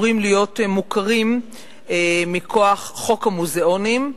מוכרים מכוח חוק המוזיאונים,